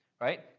right